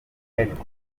w’imyaka